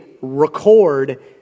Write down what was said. record